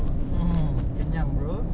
mmhmm kenyang bro